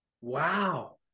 Wow